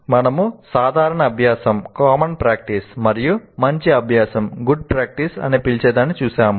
మనము సాధారణ అభ్యాసం మరియు మంచి అభ్యాసం అని పిలిచేదాన్ని చూశాము